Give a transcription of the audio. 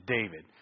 David